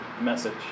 message